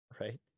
Right